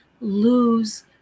lose